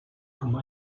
comme